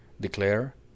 declare